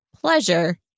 pleasure